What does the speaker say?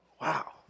Wow